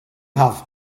have